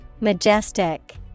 Majestic